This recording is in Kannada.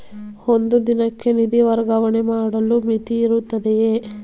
ಒಂದು ದಿನಕ್ಕೆ ನಿಧಿ ವರ್ಗಾವಣೆ ಮಾಡಲು ಮಿತಿಯಿರುತ್ತದೆಯೇ?